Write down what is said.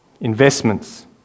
Investments